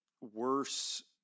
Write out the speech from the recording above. worse